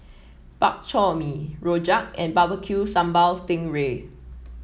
Bak Chor Mee rojak and Barbecue Sambal Sting Ray